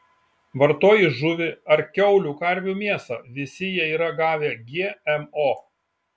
vartoji žuvį ar kiaulių karvių mėsą visi jie yra gavę gmo